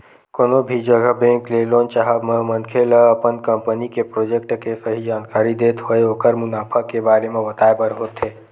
कोनो भी जघा बेंक ले लोन चाहब म मनखे ल अपन कंपनी के प्रोजेक्ट के सही जानकारी देत होय ओखर मुनाफा के बारे म बताय बर होथे